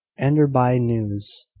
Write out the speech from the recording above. enderby news.